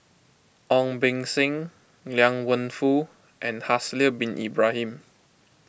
Ong Beng Seng Liang Wenfu and Haslir Bin Ibrahim